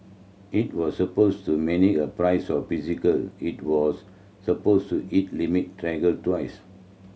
it was supposed to mimic the price of the physical it was supposed to hit limit trigger twice